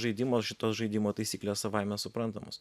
žaidimo šitos žaidimo taisyklės savaime suprantamos